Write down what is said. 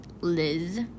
Liz